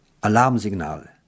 Alarmsignal